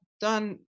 done